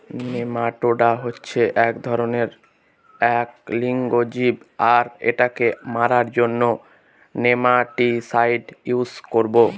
nematoda হচ্ছে এক ধরনের এক লিঙ্গ জীব আর এটাকে মারার জন্য নেমাটিসাইড ইউস করবো